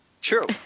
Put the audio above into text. True